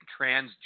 transgender